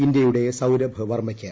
ഇന്ത്യയുടെ സൌരഭ് വർമ്മയ്ക്ക്